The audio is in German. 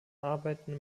arbeiten